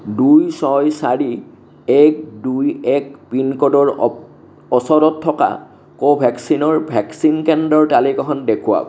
দুই ছয় চাৰি এক দুই এক পিনক'ডৰ ওপ ওচৰত থকা কোভেক্সিনৰ ভেকচিন কেন্দ্ৰৰ তালিকাখন দেখুৱাওক